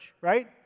right